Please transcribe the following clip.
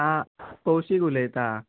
हां कौशीक उलयतां